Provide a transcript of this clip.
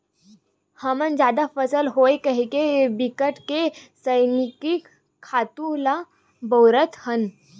हमन जादा फसल होवय कहिके बिकट के रसइनिक खातू ल बउरत हन